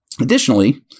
Additionally